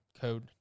code